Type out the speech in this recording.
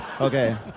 Okay